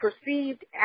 perceived